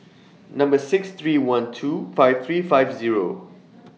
Number six three one two five three five Zero